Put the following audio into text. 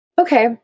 okay